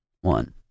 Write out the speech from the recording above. one